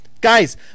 Guys